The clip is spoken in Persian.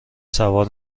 سوار